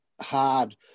hard